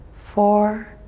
four,